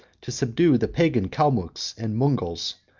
to subdue the pagan calmucks and mungals,